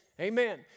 Amen